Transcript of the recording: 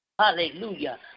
Hallelujah